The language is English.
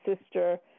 sister